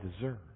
deserve